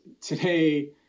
today